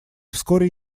вскоре